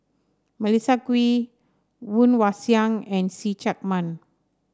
Melissa Kwee Woon Wah Siang and See Chak Mun